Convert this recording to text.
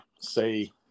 say